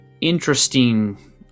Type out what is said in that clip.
interesting